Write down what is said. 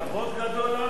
20:10. כבוד גדול לנו,